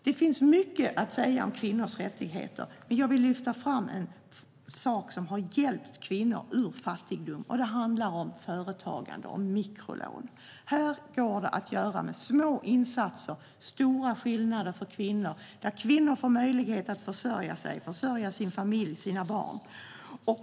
Det finns mycket att säga om kvinnors rättigheter, men jag vill lyfta fram en sak som har hjälpt kvinnor ur fattigdom. Det handlar om företagande och om mikrolån. Här går det att med små insatser göra stora skillnader för kvinnor som får möjlighet att försörja sig, sin familj och sina barn.